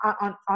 on